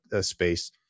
space